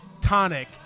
tonic